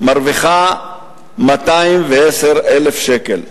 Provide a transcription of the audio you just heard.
מרוויחה 210,000 שקל.